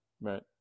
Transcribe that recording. Right